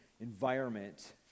environment